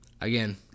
again